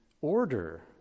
order